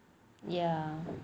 ya